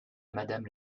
madame